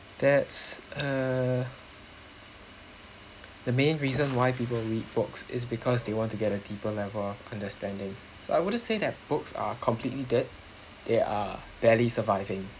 that's uh the main reason why people read books is because they want to get a deeper level of understanding so I wouldn't say that books are completely dead they are barely surviving